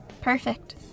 Perfect